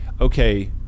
okay